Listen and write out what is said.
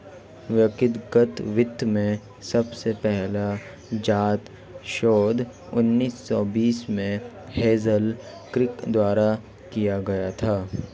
व्यक्तिगत वित्त में सबसे पहला ज्ञात शोध उन्नीस सौ बीस में हेज़ल किर्क द्वारा किया गया था